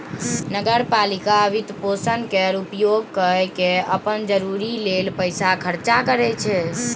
नगर पालिका वित्तपोषण केर उपयोग कय केँ अप्पन जरूरी लेल पैसा खर्चा करै छै